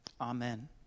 Amen